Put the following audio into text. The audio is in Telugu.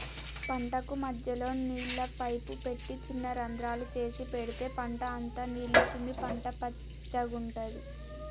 పంటకు మధ్యలో నీళ్ల పైపు పెట్టి చిన్న రంద్రాలు చేసి పెడితే పంట అంత నీళ్లు చిమ్మి పంట పచ్చగుంటది